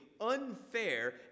unfair